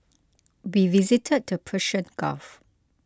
we visited the Persian Gulf